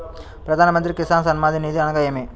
ప్రధాన మంత్రి కిసాన్ సన్మాన్ నిధి అనగా ఏమి?